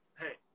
hey